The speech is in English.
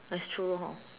that's true hor